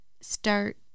start